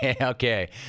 Okay